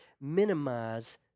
minimize